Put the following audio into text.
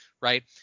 right